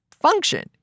function